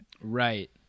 right